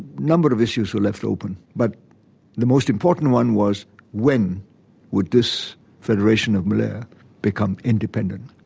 number of issues were left open, but the most important one was when would this federation of malaya become independent?